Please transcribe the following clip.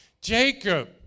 Jacob